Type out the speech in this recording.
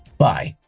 bye.